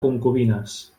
concubines